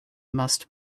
must